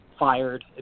Fired